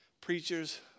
preachers